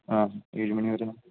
ആ ഏഴ് മണി വരെയാണ്